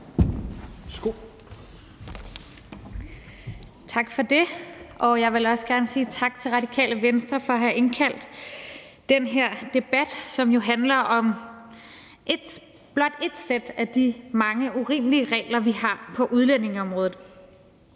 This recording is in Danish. Tak for det. Jeg vil også gerne sige tak til Radikale Venstre for at have indkaldt til den her debat, som jo handler om blot ét sæt af de mange urimelige regler, vi har på udlændingeområdet.